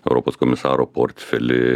europos komisaro portfelį